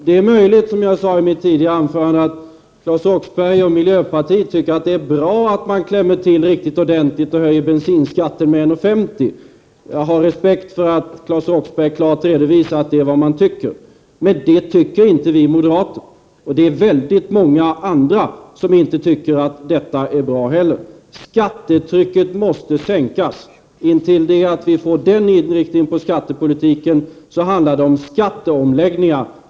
Det är möjligt, som jag sade i mitt tidigare anförande, att Claes Roxbergh och miljöpartiet tycker att det är bra att klämma till riktigt ordentligt och höja bensinskatten med 1:50 kr. Jag har respekt för att Claes Roxbergh klart redovisar att detta är vad miljöpartiet tycker. Men så tycker inte vi moderater. Det är väldigt många andra som inte heller tycker att detta är bra. Skattetrycket måste sänkas. Intill dess vi får den inriktningen på skattepolitiken handlar det om skatteomläggningar.